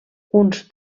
uns